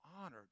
honored